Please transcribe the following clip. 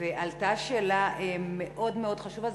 עלתה שאלה מאוד חשובה,